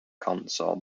console